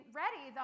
ready